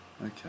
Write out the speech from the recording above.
okay